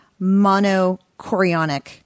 monochorionic